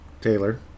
Taylor